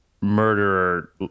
murderer